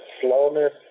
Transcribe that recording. slowness